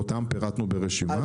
ואותם פירטנו ברשימה,